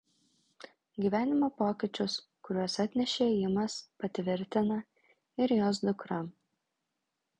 gyvenimo pokyčius kuriuos atnešė ėjimas patvirtina ir jos dukra